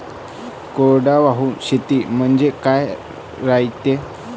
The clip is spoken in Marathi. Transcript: कोरडवाहू शेती म्हनजे का रायते?